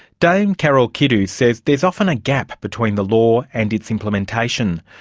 dame carol kidu says there is often a gap between the law and its implementation.